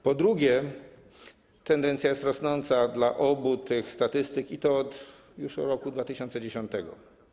Po drugie - tendencja jest rosnąca dla obu tych statystyk i to już od roku 2010.